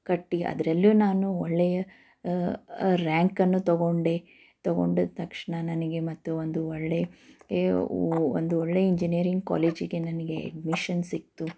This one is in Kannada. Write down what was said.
ಕಟ್ಟಿ ಅದರಲ್ಲೂ ನಾನು ಒಳ್ಳೆಯ ರ್ಯಾಂಕನ್ನು ತಗೊಂಡೆ ತಗೊಂಡ ತಕ್ಷಣ ನನಗೆ ಮತ್ತು ಒಂದು ಒಳ್ಳೆಯ ಒಂದು ಒಳ್ಳೆಯ ಇಂಜಿನಿಯರಿಂಗ್ ಕಾಲೇಜಿಗೆ ನನಗೆ ಅಡ್ಮಿಷನ್ ಸಿಕ್ತು